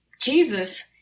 Jesus